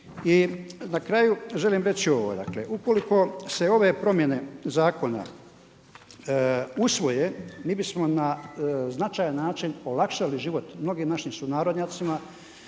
na kraju, želim reći ovo. Ukoliko se ove promjene zakona usvoje, mi bi smo na značajan način olakšali život mnogim našim sunarodnjacima,